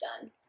done